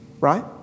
right